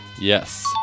Yes